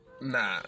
Nah